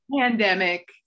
pandemic